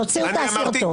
(חבר הכנסת יואב סגלוביץ יוצא מחדר הוועדה.) תוציאו את הסרטון.